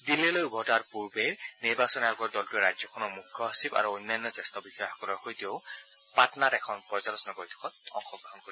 দিল্লীলৈ উভতি অহাৰ পূৰ্বে নিৰ্বাচন আয়োগৰ দলটোৱে ৰাজ্যখনৰ মুখ্য সচিব আৰু অন্যান্য জ্যেষ্ঠ বিষয়াসকলৰ সৈতে পাটনাত এখন পৰ্য্যালোচনা বৈঠকত অংশগ্ৰহণ কৰিব